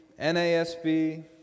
NASB